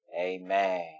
amen